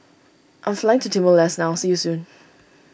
I am flying to Timor Leste now see you soon